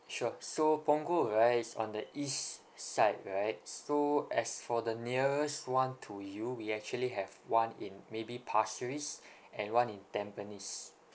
sure so punggol right is on the east side right so as for the nearest one to you we actually have one in maybe pasir ris and one in tampines